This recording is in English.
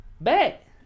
bet